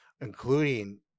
including